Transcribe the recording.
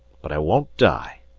but i won't die!